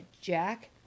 Jack